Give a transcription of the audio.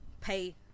pay